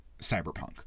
Cyberpunk